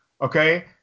Okay